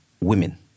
Women